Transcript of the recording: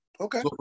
Okay